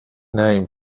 name